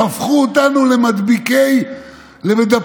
איך הפכו אותנו למידבקים במחלות,